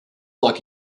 like